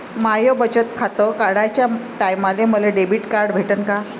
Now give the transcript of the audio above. माय बचत खातं काढाच्या टायमाले मले डेबिट कार्ड भेटन का?